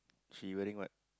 she wearing what